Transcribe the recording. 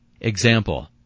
Example